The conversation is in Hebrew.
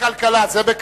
לא, זה FIFO, זה בכלכלה.